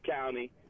County